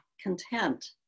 content